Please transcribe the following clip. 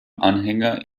anhänger